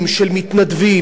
של מתנדבים,